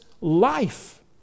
life